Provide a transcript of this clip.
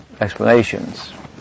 explanations